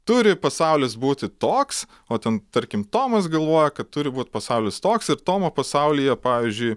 turi pasaulis būti toks o ten tarkim tomas galvoja kad turi būt pasaulis toks ir tomo pasaulyje pavyzdžiui